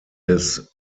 des